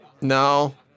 No